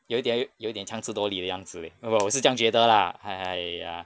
有一点有一点强词夺理的样子 leh 我是这样觉得 lah hai~ !haiya!